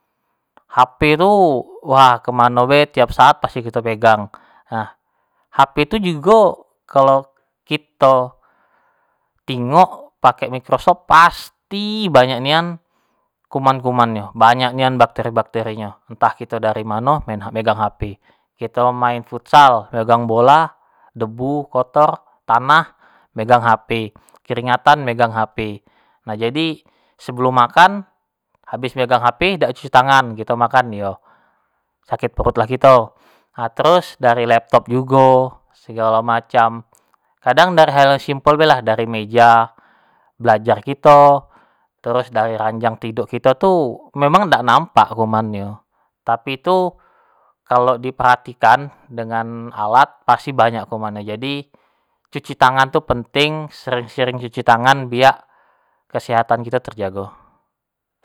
Hp tu wah kemano bae setiap saat pasti kito pegang, nah hp tu jugo kalau kito, tingok pake mikroskop pasti ii banyak nian kuman-kumannyo, banyak nian bakteri-bakteri nyo, entah kito dari mano megang- megang hp kito main futsal, megang bola, debu, kotor, tanah megang hp, keringatan megang hp, nah jadi sebelum makan habis megang hp dak cuci tangan, kito makan yo sakit perutlah kito, nah terus dari laptop jugo, segalo macam, kadang dari hal-hal simpel lah, dari meja belajr kito, terus dari ranjang tiduk kito tu, memang dak nampak kuman nyo, tapi tu kalau di perahatikan dengan alat apsti banyak kumannyo, jadi cuci tangan tu penting, sering-sering cuci tangan biak kesehatan kito terjago.